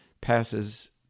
passes